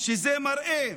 שזה מראה.